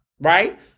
right